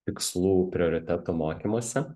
tikslų prioritetų mokymuose